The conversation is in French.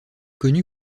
connu